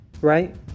right